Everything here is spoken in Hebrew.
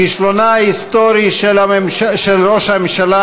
כישלונו ההיסטורי של ראש הממשלה